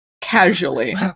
casually